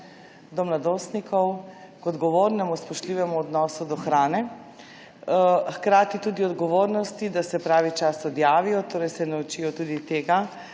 do mladostnikov, k odgovornemu, spoštljivemu odnosu do hrane, hkrati tudi do odgovornosti, da se pravi čas odjavijo, torej se naučijo tudi tega.